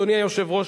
אדוני היושב-ראש,